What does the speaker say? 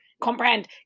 comprehend